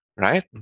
right